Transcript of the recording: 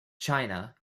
china